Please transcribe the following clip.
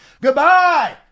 Goodbye